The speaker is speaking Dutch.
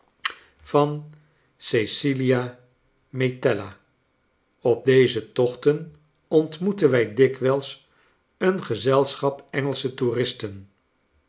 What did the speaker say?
van cecilia metella op deze tochten ontmoetten wij dikwijls een gezelschap engelsche toeristen